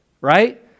right